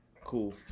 Cool